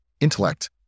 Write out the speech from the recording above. intellect